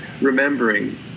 remembering